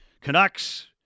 Canucks